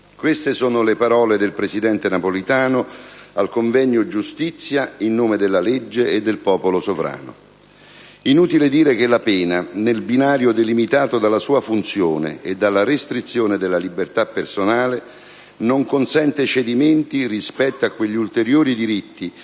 Queste sono le parole del presidente Napolitano al convegno «Giustizia in nome della legge e del popolo sovrano». Inutile dire che la pena, nel binario delimitato dalla sua funzione e dalla restrizione della libertà personale, non consente cedimenti rispetto a quegli ulteriori diritti e